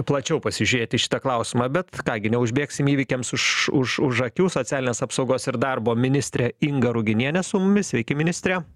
plačiau pasižiūrėt į šitą klausimą bet ką gi neužbėgsim įvykiams už už už akių socialinės apsaugos ir darbo ministrė inga ruginienė su mumis sveiki ministre